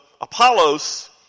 Apollos